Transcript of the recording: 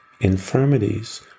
infirmities